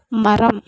மரம்